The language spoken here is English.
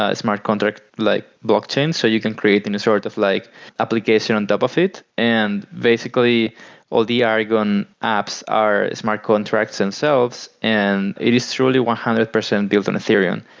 ah smart contract like blockchain so you can create any and sort of like application on top of it. and basically all the aragon apps are smart contracts themselves and it is truly one hundred percent built on ethereum.